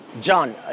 John